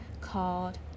called